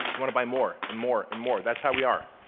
wanna buy more and more and more that's how we are